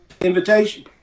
Invitation